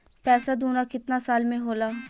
पैसा दूना कितना साल मे होला?